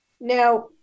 Now